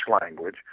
language